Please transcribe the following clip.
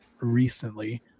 recently